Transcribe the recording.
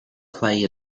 play